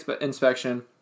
inspection